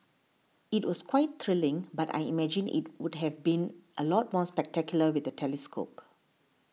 it was quite thrilling but I imagine it would have been a lot more spectacular with a telescope